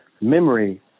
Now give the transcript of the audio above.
memory